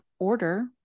order